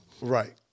Right